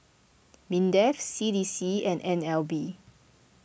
Mindef C D C and N L B